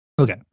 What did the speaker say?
Okay